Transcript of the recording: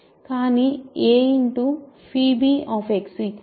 కానీ ఇది ab